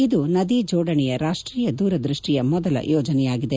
ಇದು ನದಿ ಜೋಡಣೆಯ ರಾಷ್ಟ್ರೀಯ ದೂರದ್ವಷ್ಟಿಯ ಮೊದಲ ಯೋಜನೆಯಾಗಿದೆ